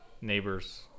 neighbors